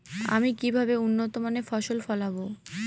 আমি কিভাবে উন্নত মানের ফসল ফলাবো?